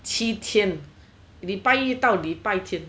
七天礼拜一到礼拜天